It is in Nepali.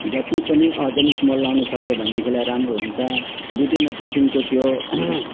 जति पनि अर्गानिक मल लगाउनु सक्यो भनेदेखिलाई राम्रो हुन्छ विभिन्न किसिमको त्यो